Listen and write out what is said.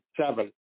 seven